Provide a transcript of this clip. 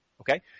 okay